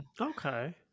okay